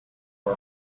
are